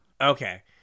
Okay